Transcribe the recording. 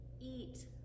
eat